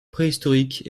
préhistorique